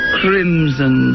crimson